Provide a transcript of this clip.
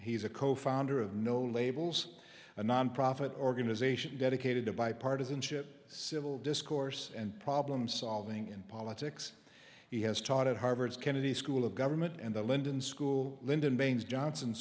he's a co founder of no labels a nonprofit organization dedicated to bipartisanship civil discourse and problem solving in politics he has taught at harvard's kennedy school of government and the lyndon school lyndon